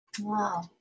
Wow